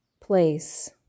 place